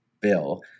Bill